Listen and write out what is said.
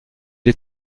est